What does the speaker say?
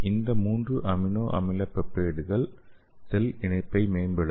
இந்த மூன்று அமினோ அமில பெப்டைடுகள் செல் இணைப்பை மேம்படுத்தும்